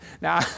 Now